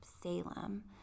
Salem